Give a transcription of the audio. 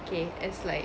okay as like